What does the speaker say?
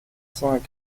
cinq